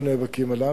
אנחנו נאבקים עליו,